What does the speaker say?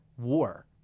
war